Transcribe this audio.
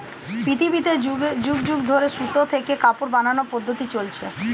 পৃথিবীতে যুগ যুগ ধরে সুতা থেকে কাপড় বানানোর পদ্ধতি চলছে